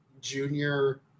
Junior